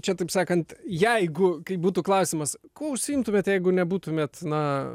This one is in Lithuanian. čia taip sakant jeigu kai būtų klausimas užsiimtumėt jeigu nebūtumėt na